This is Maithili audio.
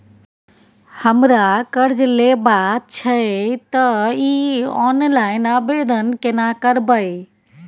हमरा कर्ज लेबा छै त इ ऑनलाइन आवेदन केना करबै?